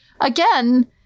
Again